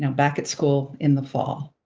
and back at school in the fall.